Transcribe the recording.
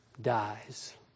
dies